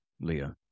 Leah